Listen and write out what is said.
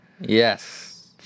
Yes